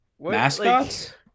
Mascots